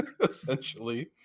essentially